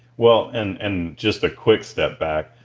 well and and just a quick step back,